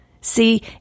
See